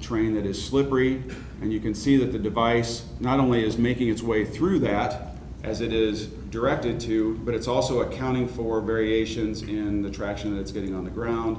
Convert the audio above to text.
train that is slippery and you can see that the device not only is making its way through that as it is directed to but it's also accounting for variations in the traction it's getting on the ground